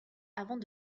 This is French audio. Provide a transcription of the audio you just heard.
avant